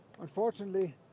Unfortunately